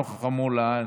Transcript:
נוכח האמור לעיל,